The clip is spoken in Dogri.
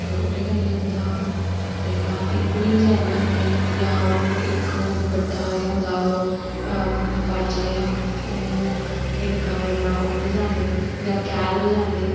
जां ओहदे कन्नै होंदा जां फ्ही पीपनी बजाइयै होंदे जां ओह् इक ओह् बड्डा जेहा होंदा बाजा जेहा ओह् एहडा बड्डा ओह् बजांदे जां कैह्ल बजांदे